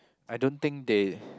I don't think they